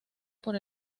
por